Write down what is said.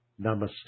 Namaste